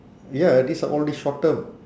ya these are only short term